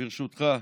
ברשותך,